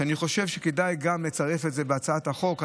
ואני חושב שכדאי לצרף גם את זה בהצעת החוק,